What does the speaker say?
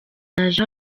naje